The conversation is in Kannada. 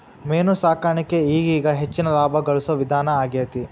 ಮೇನು ಸಾಕಾಣಿಕೆ ಈಗೇಗ ಹೆಚ್ಚಿನ ಲಾಭಾ ಗಳಸು ವಿಧಾನಾ ಆಗೆತಿ